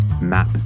MAP